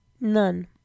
None